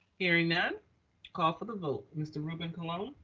hearing none call for the vote, mr. ruben colon.